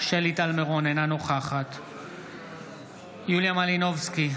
שלי טל מירון, אינה נוכחת יוליה מלינובסקי,